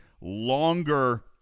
longer